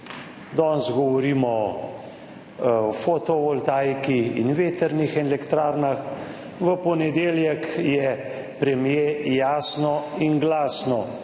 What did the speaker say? Danes govorimo o fotovoltaiki in vetrnih elektrarnah. V ponedeljek je premier jasno in glasno